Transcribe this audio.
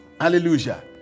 Hallelujah